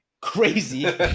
crazy